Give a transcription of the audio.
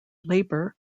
labour